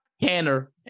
canner